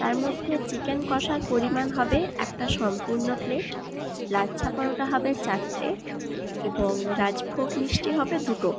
তার মধ্যে চিকেন কষার পরিমাণ হবে একটা সম্পূর্ণ প্লেট লাচ্ছা পরোটা হবে চারটে এবং রাজভোগ মিষ্টি হবে দুটো